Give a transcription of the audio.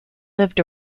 lived